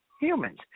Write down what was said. humans